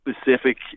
specific